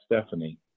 Stephanie